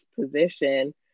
position